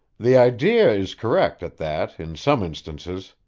the idea is correct, at that, in some instances,